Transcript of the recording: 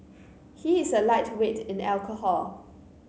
he is a lightweight in alcohol